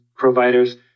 providers